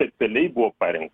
specialiai buvo parengtas